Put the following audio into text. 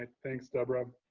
ah thanks, deborah.